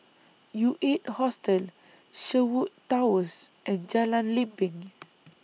U eight Hostel Sherwood Towers and Jalan Lempeng